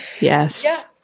Yes